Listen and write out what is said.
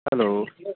hello